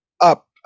up